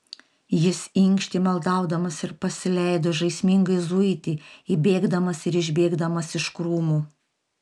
jis inkštė maldaudamas ir pasileido žaismingai zuiti įbėgdamas ir išbėgdamas iš krūmų